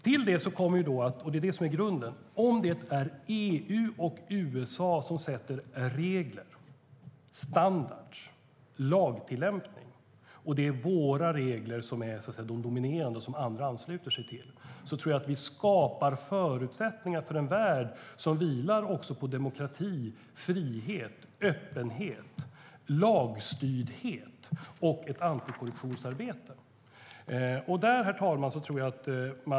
Till detta kommer, och det är det som är grunden, att om det är USA och EU som sätter regler, standarder och lagtillämpning, om våra regler är dominerande och andra ansluter sig till dem så tror jag att vi skapar förutsättningar för en värld som vilar på demokrati, frihet, öppenhet, lagstyrdhet och ett antikorruptionsarbete. Herr talman!